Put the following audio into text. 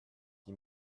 qui